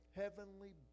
heavenly